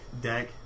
deck